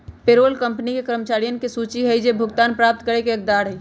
payroll company के कर्मचारियन के सूची हई जो भुगतान प्राप्त करे के हकदार हई